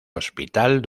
hospital